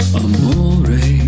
amore